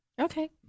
Okay